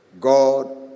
God